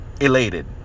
elated